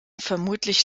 vermutlich